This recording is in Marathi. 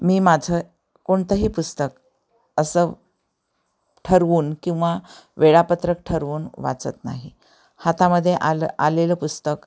मी माझं कोणतंही पुस्तक असं ठरवून किंवा वेळापत्रक ठरवून वाचत नाही हातामध्ये आलं आलेलं पुस्तक